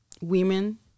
women